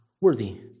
worthy